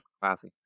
Classy